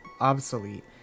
obsolete